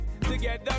together